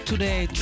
Today